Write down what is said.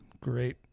Great